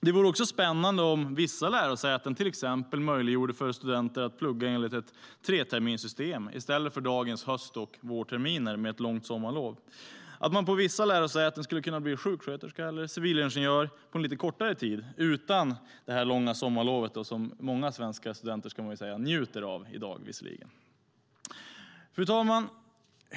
Det vore också spännande om vissa lärosäten till exempel möjliggjorde för studenter att plugga enligt ett treterminssystem, i stället för dagens höst och vårterminer med ett långt sommarlov, så att man på vissa lärosäten skulle kunna bli sjuksköterska eller civilingenjör på lite kortare tid, utan det långa sommarlov som många svenska studenter visserligen njuter av i dag. Fru talman!